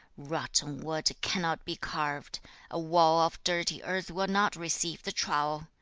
rotten wood cannot be carved a wall of dirty earth will not receive the trowel.